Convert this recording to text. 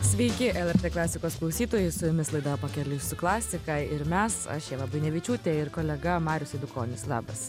sveiki lrt klasikos klausytojai su jumis laida pakeliui su klasika ir mes aš ieva buinevičiūtė ir kolega marius eidukonis labas